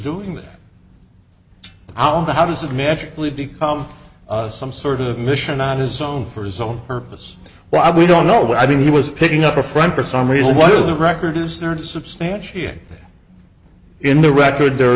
doing that ah how does it magically become some sort of mission on his own for his own purpose why we don't know what i mean he was picking up a friend for some reason what is a record is there to substantiate in the record there